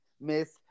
Miss